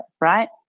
Right